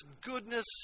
goodness